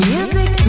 Music